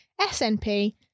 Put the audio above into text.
SNP